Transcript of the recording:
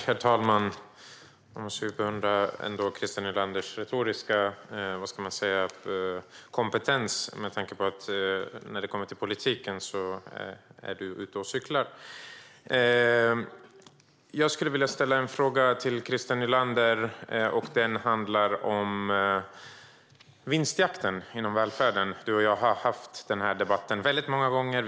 Herr talman! Man måste beundra Christer Nylanders retoriska kompetens med tanke på att han när det kommer till politiken är ute och cyklar. Jag vill ställa en fråga till Christer Nylander. Den handlar om vinstjakten inom välfärden. Du och jag har haft den debatten väldigt många gånger.